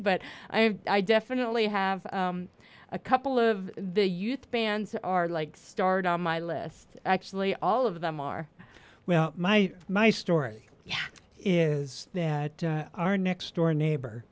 but i definitely have a couple of the youth bands are like start on my list actually all of them are well my my story is that our next door neighbor